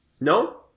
No